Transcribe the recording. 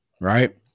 Right